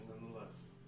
nonetheless